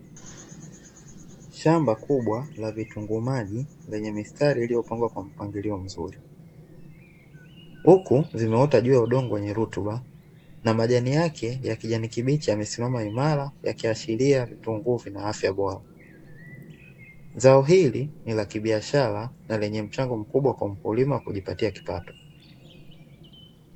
Shamba kubwa la vitunguu maji lenye mistari iliyopanga kwa mpangilio ulio mzuri, huku vimeota juu ya udongo wenye rutuba, na majani yake ya kijani kibichi yamesimama imara, ikiashiria vitunguu vina afya bora. Zao hili ni la kibiashara na lina mchango mkubwa kwa mkulima, kujipatia kipato.